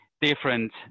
different